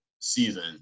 season